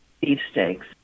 beefsteaks